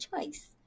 choice